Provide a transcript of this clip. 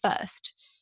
first